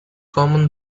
common